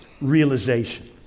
realization